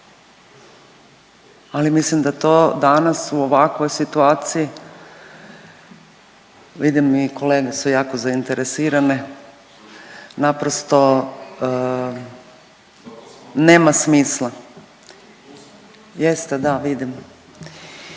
ali mislim da to danas u ovakvoj situaciji, vidim i kolege su jako zainteresirane naprosto nema smisla. Jeste da vidim.